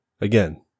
Again